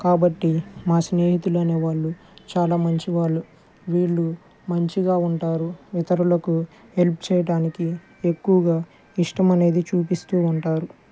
కాబట్టి మా స్నేహితులనే వాళ్ళు చాలా మంచి వాళ్ళు వీళ్ళు మంచిగా ఉంటారు ఇతరులకు హెల్ప్ చేయటానికి ఎక్కువగా ఇష్టం అనేది చూపిస్తు ఉంటారు